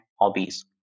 hobbies